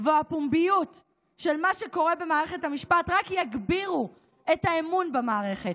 והפומביות של מה שקורה במערכת המשפט רק יגבירו את האמון במערכת,